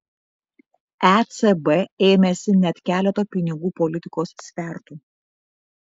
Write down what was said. ecb ėmėsi net keleto pinigų politikos svertų